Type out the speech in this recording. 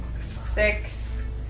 Six